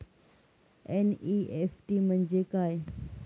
NEFT म्हणजे काय?